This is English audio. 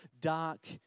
dark